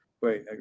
Wait